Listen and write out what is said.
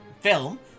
film